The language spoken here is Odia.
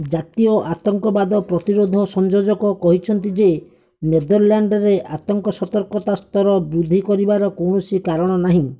ଜାତୀୟ ଆତଙ୍କବାଦ ପ୍ରତିରୋଧ ସଂଯୋଜକ କହିଛନ୍ତି ଯେ ନେଦର୍ଲ୍ୟାଣ୍ଡ୍ରେ ଆତଙ୍କ ସତର୍କତା ସ୍ତର ବୃଦ୍ଧି କରିବାର କୌଣସି କାରଣ ନାହିଁ